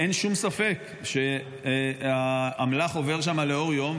אין שום ספק שהאמל"ח עובר שם לאור יום.